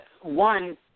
one